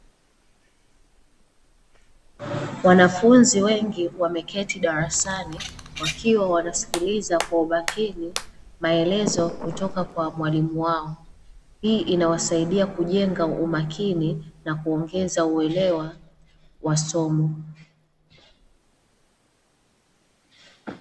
Wanafunzi wengi wameketi darasani, wakiwa wanasikiliza kwa umakini maelezo kutoka kwa mwalimu wao, hii inawasaidia kujenga umakini na kuongeza uelewa wa somo.